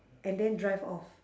and then drive off